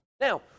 Now